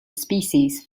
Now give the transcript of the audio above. species